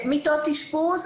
מיטות אשפוז,